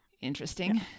interesting